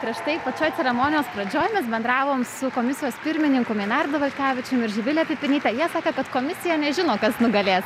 prieš tai pačioj ceremonijos pradžioj mes bendravom su komisijos pirmininku minardu vaitkevičium ir živile pipinyte jie sako kad komisija nežino kas nugalės